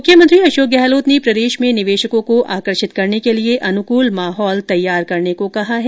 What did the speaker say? मुख्यमंत्री अशोक गहलोत ने प्रदेश में निवेशकों को आकर्षित करने के लिए अनुकूल माहौल तैयार करने को कहा है